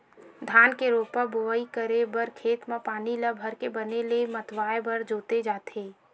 धान के रोपा बोवई करे बर खेत म पानी ल भरके बने लेइय मतवाए बर जोते जाथे